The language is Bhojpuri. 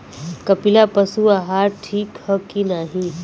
कपिला पशु आहार ठीक ह कि नाही?